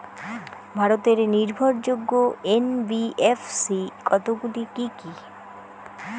ভারতের নির্ভরযোগ্য এন.বি.এফ.সি কতগুলি কি কি?